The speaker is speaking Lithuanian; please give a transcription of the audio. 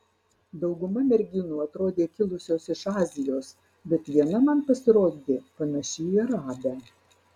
dauguma merginų atrodė kilusios iš azijos bet viena man pasirodė panaši į arabę